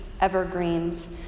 evergreens